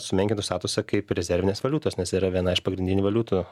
sumenkintų statusą kaip rezervinės valiutos nes yra viena iš pagrindinių valiutų